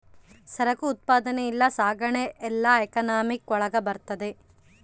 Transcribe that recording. ಸರಕು ಉತ್ಪಾದನೆ ಇಲ್ಲ ಸಾಗಣೆ ಎಲ್ಲ ಎಕನಾಮಿಕ್ ಒಳಗ ಬರ್ತದೆ